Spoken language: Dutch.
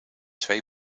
twee